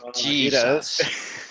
Jesus